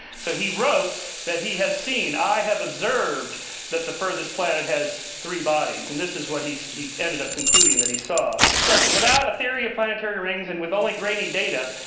so he wrote that he had seen i have observed that the furthest planet has three bodies. and this is what he he ended up concluding that he saw. so without a theory of planetary rings and with only grainy data,